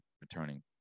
returning